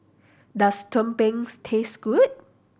does tumpengs taste good